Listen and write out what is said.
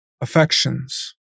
affections